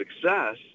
success